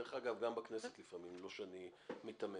דרך אגב גם בכנסת לפעמים, לא שאני מיתמם.